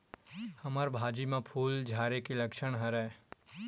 हमर भाजी म फूल झारे के लक्षण का हरय?